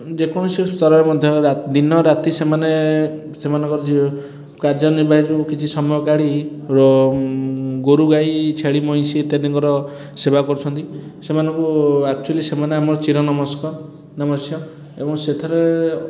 ଯେକୌଣସି ସ୍ତରରେ ମଧ୍ୟ ରା ଦିନରାତି ସେମାନେ ସେମାନଙ୍କ ଯେ କାର୍ଯ୍ୟନିର୍ବାହିରୁ କିଛି ସମୟ କାଢ଼ି ରୋ ଗୋରୁଗାଈ ଛେଳି ମଇଁଷି ଇତ୍ୟାଦିଙ୍କର ସେବା କରୁଛନ୍ତି ସେମାନଙ୍କୁ ଆକଚୁଆଲି ସେମାନେ ଆମର ଚିରନମସ୍କ ନମସ୍ୟ ଏବଂ ସେଥିରେ